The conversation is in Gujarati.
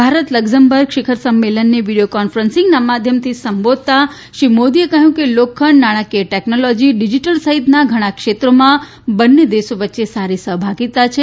ભારત લકઝમબર્ગ શિખર સંમેલનને વિડીયો કોન્ફરન્સનાં માધ્યમથી સંબોધતાં શ્રી મોદીએ કહ્યું કે લોખંડ નાણાકીય ટેકનોલોજી ડીજીટલ સહિતનાં ઘણા ક્ષેત્રોમાં બંને દેશો વચ્ચે સારી સહભાગીતા છે